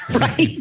right